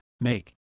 make